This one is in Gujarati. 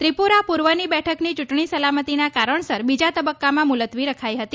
ત્રિપુરા પૂર્વની બેઠકની ચૂંટણી સલામતીના કારણસર બીજા તબક્કામાં મુલત્વી રખાઇ હતી